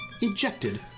ejected